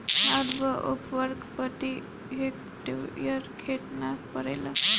खाद व उर्वरक प्रति हेक्टेयर केतना परेला?